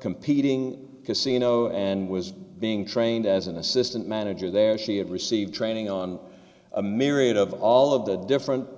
competing casino and was being trained as an assistant manager there she had received training on a myriad of all of the different